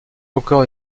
encore